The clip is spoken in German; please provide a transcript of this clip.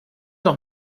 noch